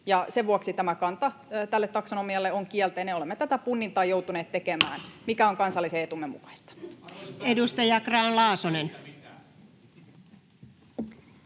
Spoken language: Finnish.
sen vuoksi tämä kanta tälle taksonomialle on kielteinen. Olemme tätä punnintaa joutuneet tekemään, mikä on kansallisen etumme mukaista. [Mauri